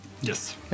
Yes